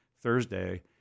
Thursday